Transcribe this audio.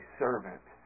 servant